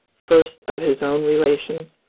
first of his own relations,